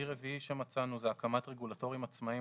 כלי רביעי שמצאנו זה הקמת רגולטורים עצמאיים